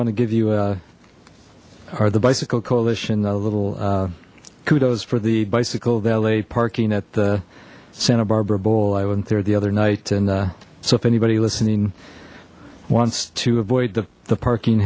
want to give you a are the bicycle coalition a little kudos for the bicycle valet parking at the santa barbara bowl i wasn't there the other night and so if anybody listening wants to avoid the the parking